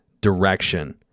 direction